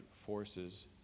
forces